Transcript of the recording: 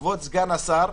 כבוד סגן השר,